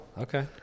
Okay